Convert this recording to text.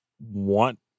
want